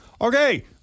Okay